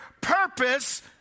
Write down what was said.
purpose